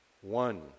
one